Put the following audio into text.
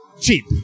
Cheap